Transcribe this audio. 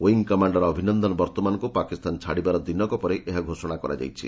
wing commander Abhinandan ବର୍ତ୍ତମାନଙ୍କୁ ପାକିସ୍ତାନ ଛାଡ଼ିବାର ଦିନକ ପରେ ଏହା ଘୋଷଣା କରାଯାଇଛି